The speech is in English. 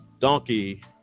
donkey